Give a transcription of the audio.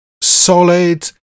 solid